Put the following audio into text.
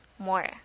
more